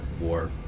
War